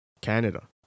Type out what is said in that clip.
canada